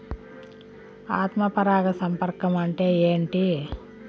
ఆత్మ పరాగ సంపర్కం అంటే ఏంటి?